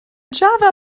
java